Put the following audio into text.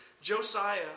Josiah